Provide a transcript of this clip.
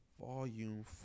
Volume